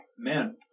Man